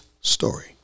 story